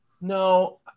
no